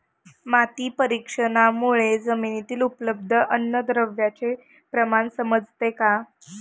माती परीक्षणामुळे जमिनीतील उपलब्ध अन्नद्रव्यांचे प्रमाण समजते का?